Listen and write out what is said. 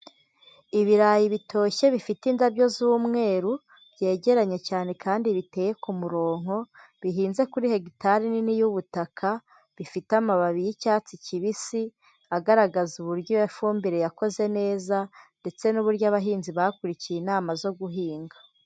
Ibirayi bitoshye bifite indabyo z'umweru, byegeranye cyane kandi biteye ku muronko, bihinze kuri hegitari nini y'ubutaka, bifite amababi y'icyatsi kibisi agaragaza uburyo iyo fumbire yakoze neza, ndetse n'uburyo abahinzi bakurikiye inama zo guhinga.